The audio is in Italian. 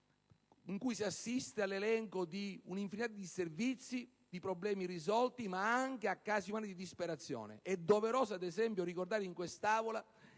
in cui si assiste all'elenco di un'infinità di disservizi, di problemi irrisolti, ma anche di casi umani di disperazione. È doveroso, ad esempio, ricordare in quest'Aula